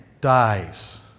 dies